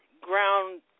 ground